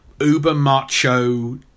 uber-macho